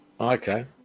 okay